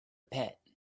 pit